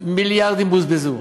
מיליארדים בוזבזו